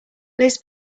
liz